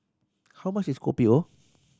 how much is Kopi O